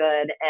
good